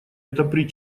отопри